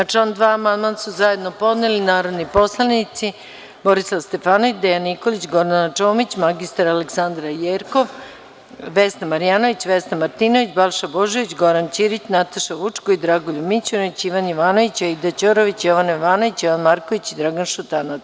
Na član 2. amandman su zajedno podneli narodni poslanici Borislav Stefanović, Dejan Nikolić, Gordana Čomić, mr Aleksandra Jerkov, Vesna Marjanović, Vesna Martinović, Balša Božović, Goran Ćirić, Nataša Vučković, Dragoljub Mićunović, Ivan Jovanović, Aida Ćorović, Jovana Jovanović, Jovan Marković i Dragan Šutanovac.